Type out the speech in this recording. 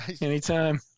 Anytime